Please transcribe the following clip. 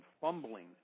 fumbling